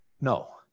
No